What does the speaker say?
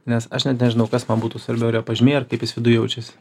nes aš net nežinau kas man būtų svarbiau ar jo pažymiai ar kaip jis viduj jaučiasi